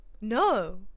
No